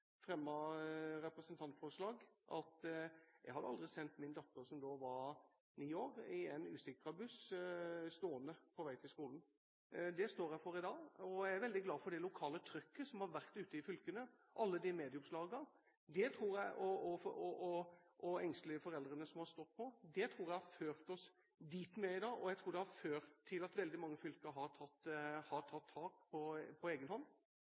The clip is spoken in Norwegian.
fremmet representantforslag – at jeg hadde aldri sendt min datter som da var 9 år i en usikret buss, stående, på vei til skolen. Det står jeg for i dag. Jeg er veldig glad for det lokale trykket som har vært ute i fylkene – alle medieoppslagene og alle engstelige foreldre som har stått på. Det tror jeg har ført oss dit vi er i dag, og jeg tror det har ført til at veldig mange fylker har tatt tak på egen hånd. Så kan en selvfølgelig diskutere om en ikke burde hatt et lovverk på